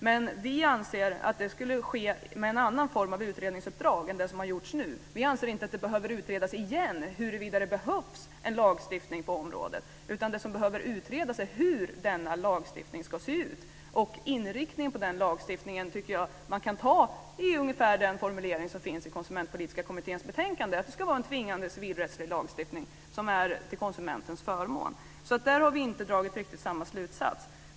Men vi anser att det skulle ske med en annan form av utredningsuppdrag än det som man har haft nu. Vi anser inte att det behöver utredas igen huruvida det behövs en lagstiftning på området, utan det som behöver utredas är hur denna lagstiftning ska se ut. För inriktningen på den lagstiftningen tycker jag att man kan ta ungefär den formulering som finns i Konsumentpolitiska kommitténs betänkande. Det ska vara en tvingande civilrättslig lagstiftning som är till konsumentens fördel. Där har vi inte dragit riktigt samma slutsats.